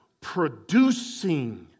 producing